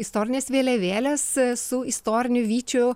istorines vėliavėles su istoriniu vyčiu